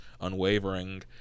unwavering